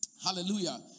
Hallelujah